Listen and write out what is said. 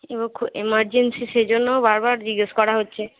এবার খুব এমার্জেন্সি সেই জন্য বারবার জিজ্ঞেস করা হচ্ছে